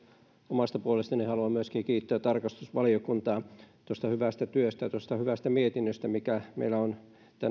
omasta puolestani haluan myöskin kiittää tarkastusvaliokuntaa tuosta hyvästä työstä tuosta hyvästä mietinnöstä mikä meillä on tämän